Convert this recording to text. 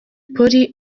polly